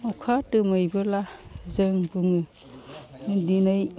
अखा दोमैब्ला जों बुङो दिनै